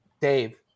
Dave